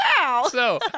Wow